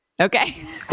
Okay